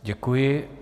Děkuji.